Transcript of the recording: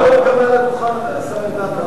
הוא אמר פה, גם על הדוכן, השר ארדן.